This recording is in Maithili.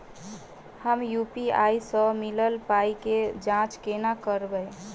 हम यु.पी.आई सअ मिलल पाई केँ जाँच केना करबै?